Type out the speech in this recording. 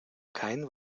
keinen